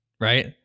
right